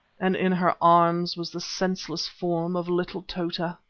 and in her arms was the senseless form of little tota.